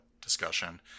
discussion